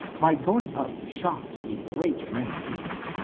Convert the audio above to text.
my going up shocked a great many people,